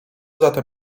zatem